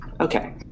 okay